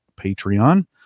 Patreon